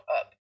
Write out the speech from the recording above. up